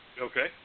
Okay